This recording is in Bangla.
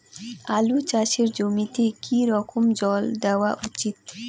আলু চাষের জমিতে কি রকম জল দেওয়া উচিৎ?